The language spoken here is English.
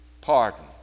pardon